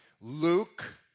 Luke